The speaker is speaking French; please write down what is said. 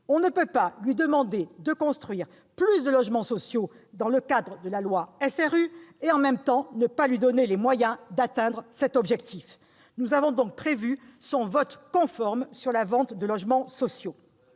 On ne peut pas lui demander de construire plus de logements sociaux dans le cadre de la loi SRU et, dans le même temps, ne pas lui donner les moyens d'atteindre cet objectif. Nous avons donc prévu son vote conforme sur la vente de logements sociaux.